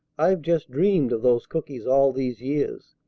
i've just dreamed of those cookies all these years.